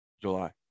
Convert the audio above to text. July